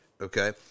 okay